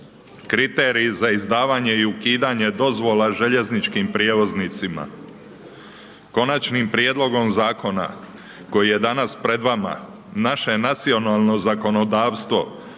Kriteriji za izdavanje i ukidanje dozvola željezničkim prijevoznicima, Konačnim prijedlogom zakona koji je danas pred vama, naše je nacionalno zakonodavstvo,